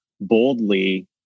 boldly